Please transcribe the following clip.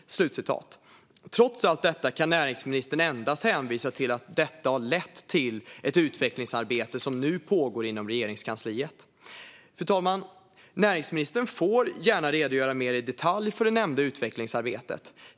Trots allt detta kan näringsministern endast hänvisa till att det har lett till ett utvecklingsarbete som nu pågår inom Regeringskansliet. Fru talman! Näringsministern får gärna redogöra mer i detalj för det nämnda utvecklingsarbetet.